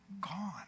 gone